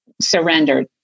surrendered